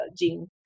gene